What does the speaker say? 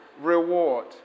reward